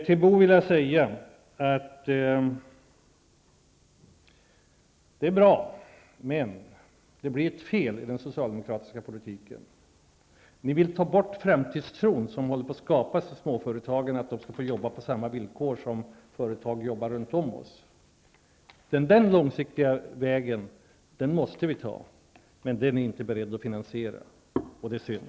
Vad Bo Holmberg säger är bra, men det blir ett fel i den socialdemokratiska politiken genom att ni vill ta bort den framtidstro som håller på att skapas i småföretagen i och med deras förhoppningar om att de skall få jobba på samma villkor som företag runt om oss. Vi måste ta den långsiktiga vägen, men ni är inte beredda att finansiera den, och det är synd.